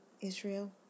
Israel